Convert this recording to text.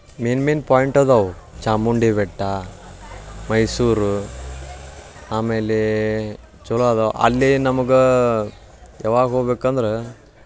main main point ಅದವು ಚಾಮುಂಡಿ ಬೆಟ್ಟ ಮೈಸೂರು ಆಮೇಲೆ ಚಲೋ ಅದ ಅಲ್ಲಿ ನಮಗೆ ಯಾವಾಗ ಹೋಗ್ಬೇಕಂದ್ರೆ